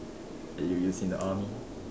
that you use in the army